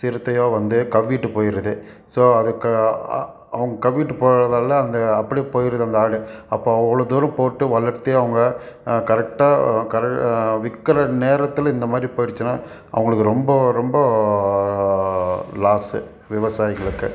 சிறுத்தையோ வந்து கவ்விகிட்டு போயிடுது ஸோ அதுக்கு அவங்க கவ்விகிட்டு போகிறதால அந்த அப்படியே போயிடுது அந்த ஆடு அப்போ அவ்வளோ தூரம் போட்டு வளர்த்து அவங்க கரெக்டாக க விற்கிற நேரத்தில் இந்தமாதிரி போயிடுச்சுன்னால் அவங்களுக்கு ரொம்ப ரொம்ப லாஸு விவசாயிகளுக்கு